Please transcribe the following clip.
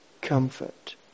comfort